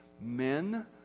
Men